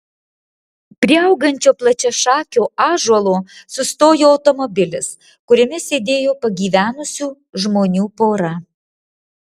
prie augančio plačiašakio ąžuolo sustojo automobilis kuriame sėdėjo pagyvenusių žmonių pora